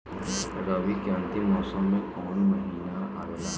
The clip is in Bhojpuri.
रवी के अंतिम मौसम में कौन महीना आवेला?